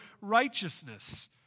righteousness